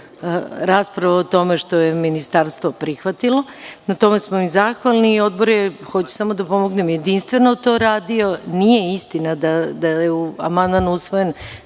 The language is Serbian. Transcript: rasprave o tome što je Ministarstvo prihvatilo. Na tome smo im zahvalni i Odbor je, hoću samo da pomognem, jedinstveno to radio. Nije istina da je amandman usvojen